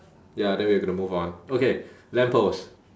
ya then we gotta move on okay lamp post